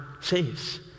saves